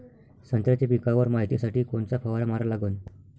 संत्र्याच्या पिकावर मायतीसाठी कोनचा फवारा मारा लागन?